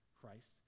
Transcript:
Christ